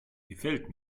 gefällt